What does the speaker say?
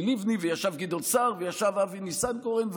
לבני וישב גדעון סער וישב אבי ניסנקורן,